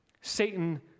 Satan